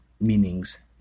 meanings